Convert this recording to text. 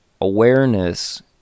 awareness